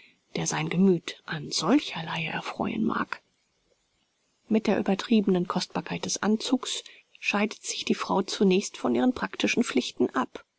der sein gemüth an solcherlei erfreuen mag mit der übertriebenen kostbarkeit des anzugs scheidet sich die frau zunächst von ihren praktischen pflichten ab